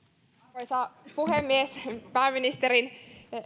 arvoisa puhemies pääministerin